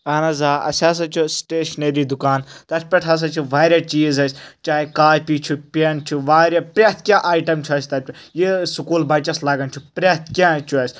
اہن حظ آ آسہِ ہَسا چھُ سٹیشنٔری دُکان تتھ پٮ۪ٹھ ہَسا چھ واریاہ چیٖز آسہِ چاہے کاپی چھ پیٚن چھ واریاہ پرٛٮ۪تھ کینٛہہ آیٹم چھ آسہِ تَتہِ یہِ سکوٗل بَچَس لگان چھ پرٚیتھ کینٛہہ چھُ اسہِ